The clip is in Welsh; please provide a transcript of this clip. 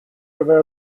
gyfer